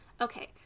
okay